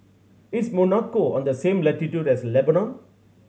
is Monaco on the same latitude as Lebanon